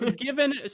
given